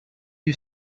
you